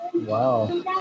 Wow